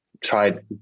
tried